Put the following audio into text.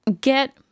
get